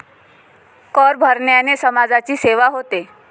कर भरण्याने समाजाची सेवा होते